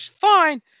fine